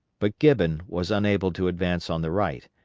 but gibbon was unable to advance on the right,